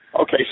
Okay